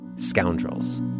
scoundrels